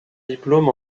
diplôme